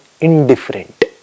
indifferent